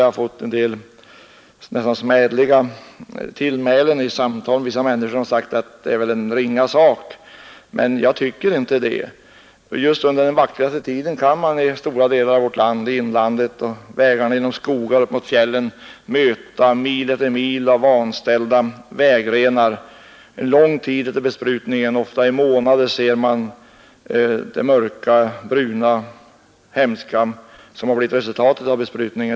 Jag har fått mottaga många smädliga tillmälen för detta av dem som sagt att denna sak har ringa betydelse. Men jag tycker inte det. Just under den vackraste tiden kan man i stora delar av vårt land på vägar, genom skogar och upp emot fjällen mil efter mil möta vanställda vägrenar. Lång tid efter besprutningen — ofta gäller det månader — ser man det mörka, bruna, hemska som blivit resultatet av besprutningen.